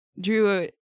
drew